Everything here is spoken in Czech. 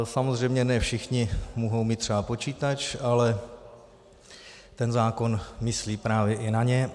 Samozřejmě ne všichni mohou mít třeba počítač, ale zákon myslí právě i na ně.